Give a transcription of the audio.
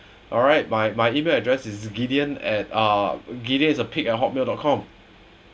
alright my my email address is gideon at uh gideon is a pig at hotmail dot com